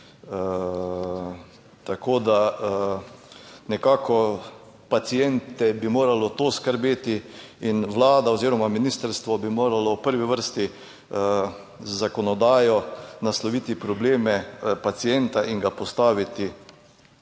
tako da nekako paciente bi moralo to skrbeti in Vlada oziroma ministrstvo bi moralo v prvi vrsti z zakonodajo nasloviti probleme pacienta in ga postaviti